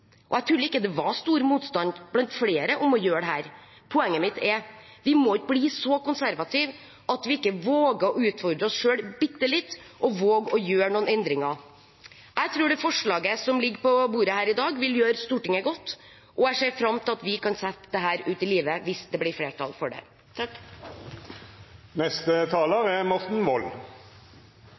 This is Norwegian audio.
fint. Jeg tuller ikke – det var stor motstand blant flere mot å gjøre dette. Poenget mitt er: Vi må ikke bli så konservative at vi ikke våger å utfordre oss selv bitte litt og våger å gjøre noen endringer. Jeg tror det forslaget som ligger på bordet her i dag, vil gjøre Stortinget godt, og jeg ser fram til at vi kan sette dette ut i livet, hvis det blir flertall for det.